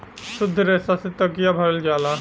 सुद्ध रेसा से तकिया भरल जाला